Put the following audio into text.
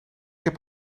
heb